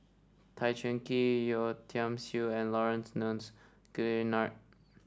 Tan Cheng Kee Yeo Tiam Siew and Laurence Nunns Guillemard